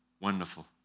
wonderful